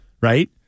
right